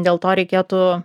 dėl to reikėtų